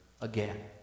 again